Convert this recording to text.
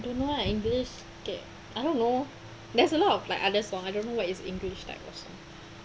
don't know lah english okay I don't know there's a lot of like other song I don't know what is english type also